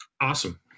awesome